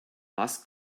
was